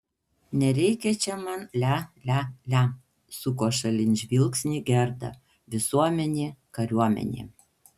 nereikia čia man lia lia lia suko šalin žvilgsnį gerda visuomenė kariuomenė